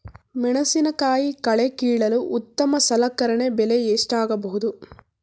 ಮೆಣಸಿನಕಾಯಿ ಕಳೆ ಕೀಳಲು ಉತ್ತಮ ಸಲಕರಣೆ ಬೆಲೆ ಎಷ್ಟಾಗಬಹುದು?